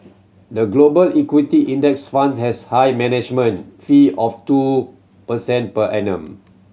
the Global Equity Index Fund has high management fee of two percent per annum